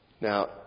Now